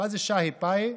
מה זה שה"י פה"י?